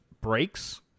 breaks